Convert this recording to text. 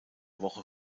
woche